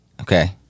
Okay